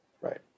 right